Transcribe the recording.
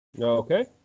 Okay